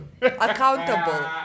Accountable